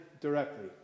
directly